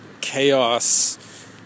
chaos